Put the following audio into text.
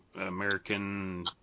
American